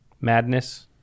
Madness